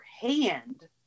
hand